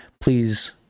please